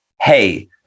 Hey